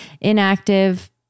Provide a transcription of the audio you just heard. Inactive